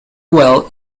well